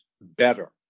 better